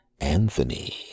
anthony